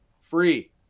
free